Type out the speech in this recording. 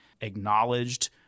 acknowledged